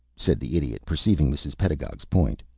said the idiot, perceiving mrs. pedagog's point.